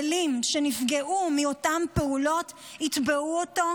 שישראלים שנפגעו מאותן פעולות יתבעו אותו,